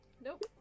Nope